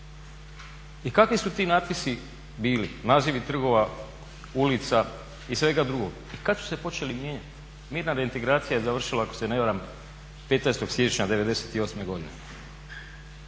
I kakvi su ti natpisi bili, nazivi trgova, ulica i svega drugoga? I kada su se počeli mijenjati? Mirna reintegracija je završila ako se ne varam 15. siječnja '98. godine?